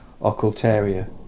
Occultaria